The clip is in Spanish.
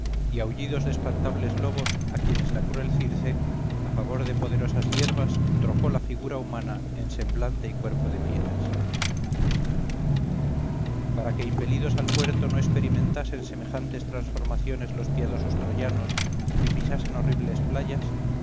y aullidos de espantables lobos a quienes la cruel circe a favor de poderosas hierbas trocó la figura humana en semblante y cuerpo de fieras para que impelidos al puerto no experimentasen semejantes transformaciones los piadosos troyanos ni pisasen horribles playas